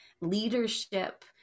Leadership